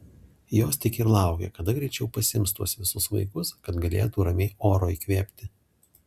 jos tik ir laukia kada greičiau pasiims tuos visus vaikus kad galėtų ramiai oro įkvėpti